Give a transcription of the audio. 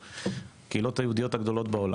הקהילות היהודיות הגדולות בעולם.